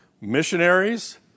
Missionaries